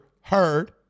heard